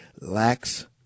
lacks